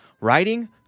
Writing